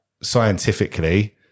Scientifically